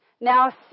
Now